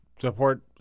support